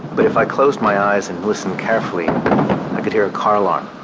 but if i closed my eyes and listen carefully, i could hear a car line,